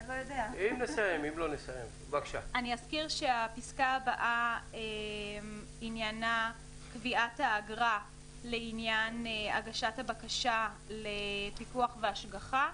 אזכיר שהפסקה הבאה עניינה קביעת האגרה לעניין הגשת הבקשה לפיקוח והשגחה.